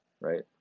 right